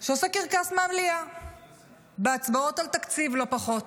שעושה קרקס מהמליאה בהצבעות על תקציב, לא פחות,